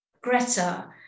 Greta